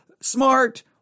smart